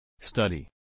Study